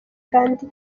kandi